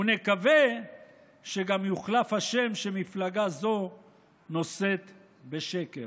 ונקווה שגם יוחלף השם שמפלגה זו נושאת בשקר".